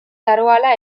daroala